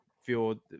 feel